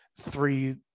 three